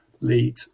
lead